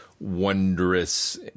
wondrous